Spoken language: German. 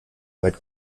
weit